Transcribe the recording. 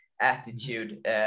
attitude